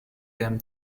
them